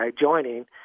joining